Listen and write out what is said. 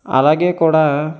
అలాగే కూడా